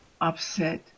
upset